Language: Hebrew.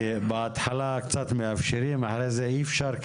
כי בהתחלה קצת מאפשרים הרי זה אי אפשר,